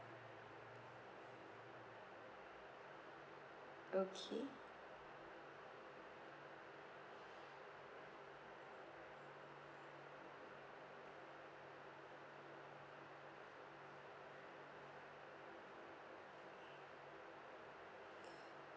okay